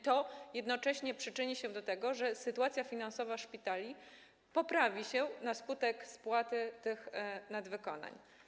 To jednocześnie przyczyni się do tego, że sytuacja finansowa szpitali poprawi się - poprawi się ona na skutek spłaty tych nadwykonań.